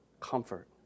Comfort